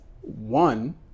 one